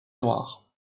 noir